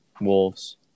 Wolves